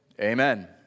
amen